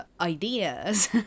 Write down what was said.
ideas